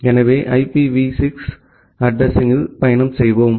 எனவே ஐபிவி 6 அட்ரஸிங்யில் பயணம் செய்வோம்